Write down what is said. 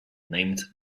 named